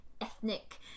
ethnic